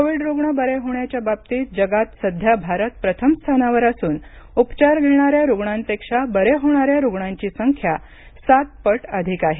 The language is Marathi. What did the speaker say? कोविड रुग्ण बरे होण्याच्या बाबतीत जगात सध्या भारत प्रथम स्थानावर असून उपचार घेणाऱ्या रुग्णांपेक्षा बरे होणाऱ्या रुग्णांची संख्या सात पट अधिक आहे